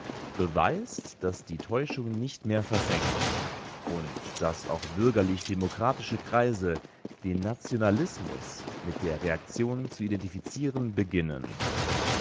beweist daß die täuschung nicht mehr verfängt und daß auch bürgerlich demokratische kreise den nationalismus mit der reaktion zu identifizieren beginnen